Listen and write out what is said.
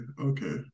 okay